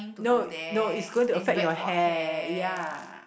no no it's going to affect your hair ya